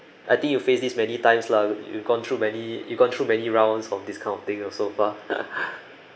I think you face this many times lah you gone through many you gone through many rounds of this kind of thing so far